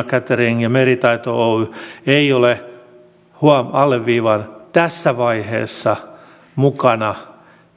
catering ja meritaito oy ei ole tässä vaiheessa huom alleviivaan tässä vaiheessa mukana